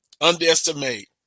underestimate